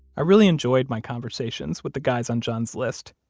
i really enjoyed my conversations with the guys on john's list.